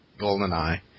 GoldenEye